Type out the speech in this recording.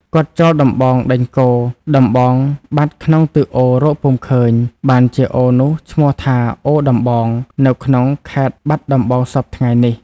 គាត់ចោលដំបងដេញគោ ដំបងបាត់ក្នុងទឹកអូររកពុំឃើញ បានជាអូរនោះឈ្មោះថា "អូរដំបង" នៅក្នុងខេត្តបាត់ដំបងសព្វថៃ្ងនេះ ។